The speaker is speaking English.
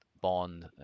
bond